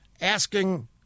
asking